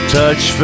touch